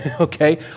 okay